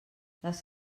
les